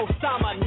Osama